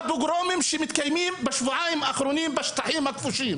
הפוגרומים שמתקיימים בשבועיים האחרונים בשטחים הכבושים,